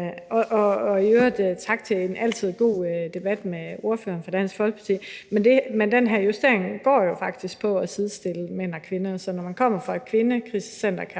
– og i øvrigt tak for en altid god debat med ordføreren for Dansk Folkeparti – men den her justering går jo faktisk på at sidestille mænd og kvinder. Så når man kommer fra et kvindekrisecenter,